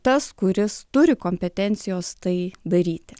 tas kuris turi kompetencijos tai daryti